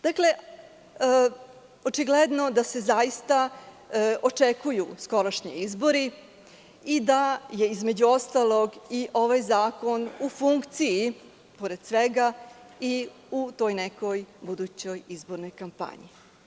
Dakle, očigledno da se zaista očekuju skorašnji izbori i da je između ostalog i ovaj zakon u funkciji, pored svega, u toj nekoj budućoj izbornoj kampanji.